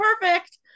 perfect